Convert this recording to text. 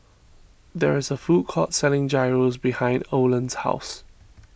there is a food court selling Gyros behind Oland's house